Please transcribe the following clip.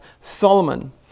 Solomon